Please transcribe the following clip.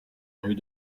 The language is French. rue